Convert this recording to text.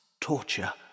torture